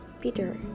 Peter